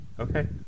okay